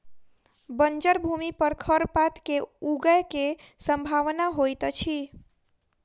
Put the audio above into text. बंजर भूमि पर खरपात के ऊगय के सम्भावना होइतअछि